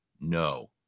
no